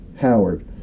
Howard